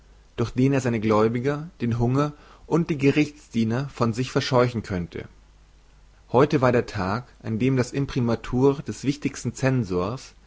durch den er seine gläubiger den hunger und die gerichtsdiener von sich verscheuchen könnte heute war der tag an dem das imprimatur des wichtigsten zensors